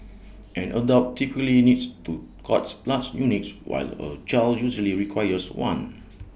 an adult typically needs two cord blood units while A child usually requires one